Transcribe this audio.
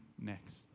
next